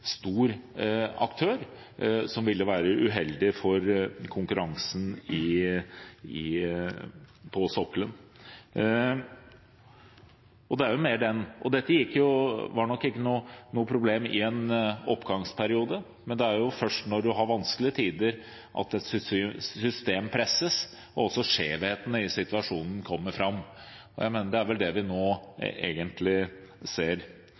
stor aktør, som ville være uheldig for konkurransen på sokkelen. Dette var nok ikke noe problem i en oppgangsperiode, men det er jo først når man har vanskelige tider, at et system presses og også skjevheten i situasjonen kommer fram. Jeg mener at det er vel det vi nå egentlig ser.